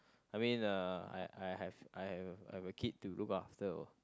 I mean uh I I have I have I have a kid to look after